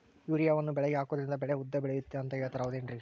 ಯೂರಿಯಾವನ್ನು ಬೆಳೆಗೆ ಹಾಕೋದ್ರಿಂದ ಬೆಳೆ ಉದ್ದ ಬೆಳೆಯುತ್ತೆ ಅಂತ ಹೇಳ್ತಾರ ಹೌದೇನ್ರಿ?